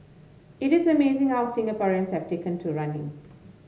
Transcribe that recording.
it is amazing how Singaporeans have taken to running